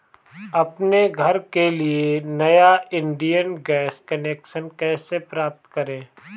अपने घर के लिए नया इंडियन गैस कनेक्शन कैसे प्राप्त करें?